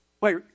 Wait